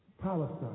Palestine